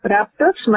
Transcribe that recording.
Raptors